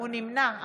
נמנע?